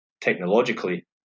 technologically